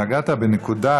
נגעת בנקודה,